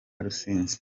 rusizi